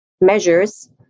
measures